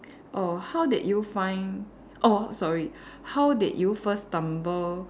oh how did you find oh sorry how did you first stumble